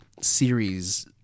series